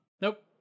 Nope